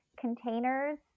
containers